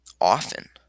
often